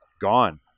gone